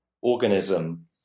organism